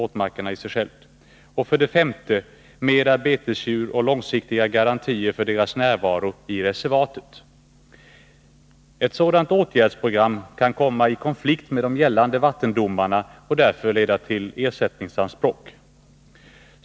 Mera betesdjur och långsiktiga garantier för deras närvaro i reservatet. Ett sådant åtgärdsprogram kan komma i konflikt med gällande vattendomar och därför leda till ersättningsanspråk.